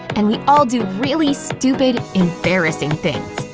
and we all do really stupid, embarrassing things.